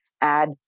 add